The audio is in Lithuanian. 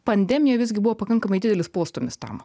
pandemija visgi buvo pakankamai didelis postūmis tam